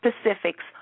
specifics